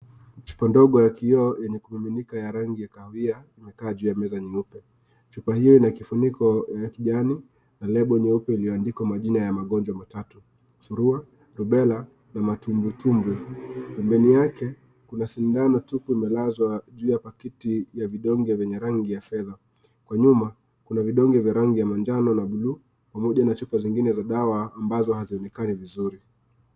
Chupa ndogo ya kioo yenye kumiminiko ya rangi ya kahawia imekaa juu ya meza nyeupe, chupa hio ina kifuniko ya kijani na (cs) lable (cs) nyeupe iliyoandikwa majina ya magonjwa matatu , surua, rubella na matumbwitumbwi , pembeni yake kuna sindano tupu imelazwa juu ya pakiti ya vidonge vyenye rangi ya fedha , kwa nyuma kuna vidonge vya rangi ya majano na bluu pamoja na chupa zingine za dawa ambazo hazionekani vizuri.